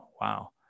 wow